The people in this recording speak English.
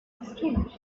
strange